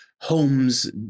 homes